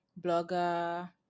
blogger